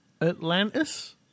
Atlantis